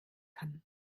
kann